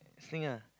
this thing ah